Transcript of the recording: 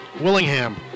Willingham